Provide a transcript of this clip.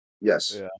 Yes